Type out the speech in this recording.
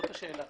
זאת השאלה,